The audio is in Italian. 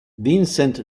vincent